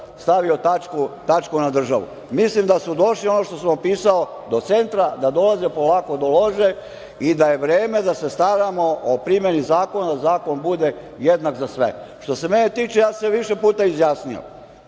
stavio tačku na državu. Mislim da su došli, ono što sam opisao do centra, da dolaze polako do lože i da je vreme da se staramo o primeni zakona da zakon bude jednak za sve. Što se mene tiče, ja sam se više puta izjasnio,